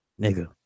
Nigga